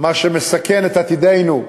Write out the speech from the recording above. מה שמסכן את עתידנו,